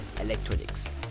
electronics